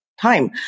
time